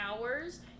hours